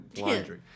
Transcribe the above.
laundry